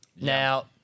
Now